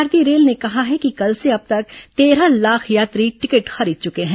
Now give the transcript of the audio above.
भारतीय रेल ने कहा है कि कल से अब तक तेरह लाख यात्री टिकट खरीद चुके हैं